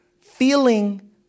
feeling